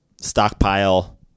stockpile